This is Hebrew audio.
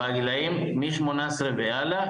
בגילאים מגיל 18 והלאה,